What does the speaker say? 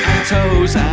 toes,